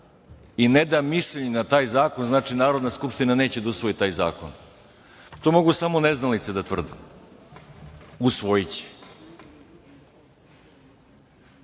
i ne da mišljenje na taj zakon, znači Narodna skupština neće da usvoji taj zakon. To mogu samo neznalice da tvrde. Usvojiće. Narodni